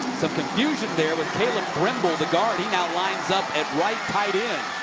some confusion there with the guard. he now lines up at right tight end.